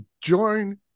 join